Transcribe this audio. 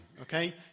Okay